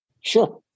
Sure